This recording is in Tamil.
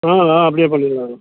ஆ ஆ அப்படியே பண்ணிடலாங்க